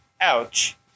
ouch